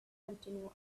continue